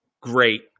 great